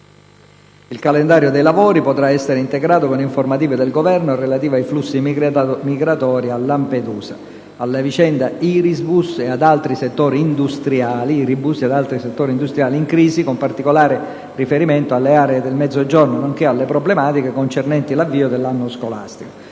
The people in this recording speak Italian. Il calendario dei lavori potrà essere integrato con informative del Governo relative ai flussi migratori a Lampedusa; alla vicenda Irisbus e ad altri settori industriali in crisi, con particolare riferimento alle aree del Mezzogiorno; nonché alle problematiche concernenti l'avvio dell'anno scolastico.